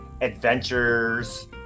adventures